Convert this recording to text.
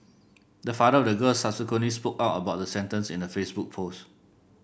the father of the girl subsequently spoke out about the sentence in a Facebook post